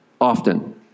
often